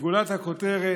גולת הכותרת,